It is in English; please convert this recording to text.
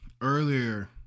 earlier